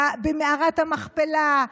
במערת המכפלה,